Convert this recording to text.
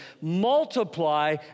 Multiply